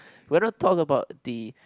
when I talk about the